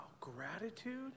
gratitude